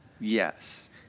Yes